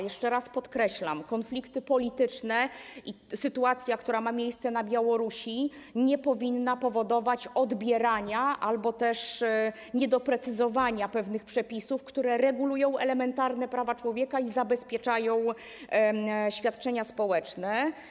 Jeszcze raz podkreślam: konflikty polityczne i sytuacja, która ma miejsce na Białorusi, nie powinny powodować odbierania albo też niedoprecyzowania pewnych przepisów, które regulują elementarne prawa człowieka i zabezpieczają świadczenia społeczne.